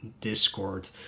Discord